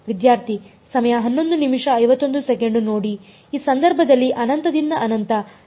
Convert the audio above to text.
ಈ ಸಂದರ್ಭದಲ್ಲಿ ಅನಂತದಿಂದ ಅನಂತ ನಾನು ಅದನ್ನು ಎರಡೂ ರೀತಿಯಲ್ಲಿ ಮಾಡಬಹುದು